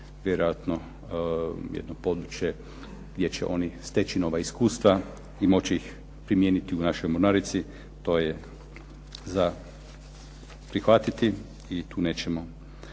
vjerojatno jedno područje gdje će oni steći nova iskustva i moći ih primijeniti u našoj mornarici. To je za prihvatiti i tu nećemo